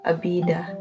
Abida